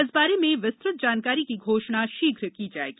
इस बारे में विस्तृत जानकारी की घोषणा शीघ्र की जाएगी